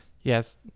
Yes